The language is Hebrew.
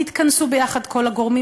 התכנסו ביחד כל הגורמים,